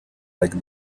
like